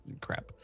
crap